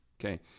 Okay